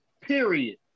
period